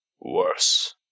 Worse